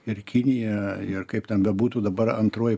ir kinija ir kaip ten bebūtų dabar antroji